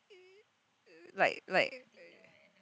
like like